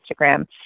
Instagram